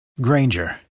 granger